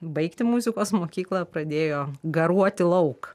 baigti muzikos mokyklą pradėjo garuoti lauk